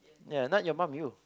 ya not your mum you